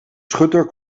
schutter